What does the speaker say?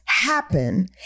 happen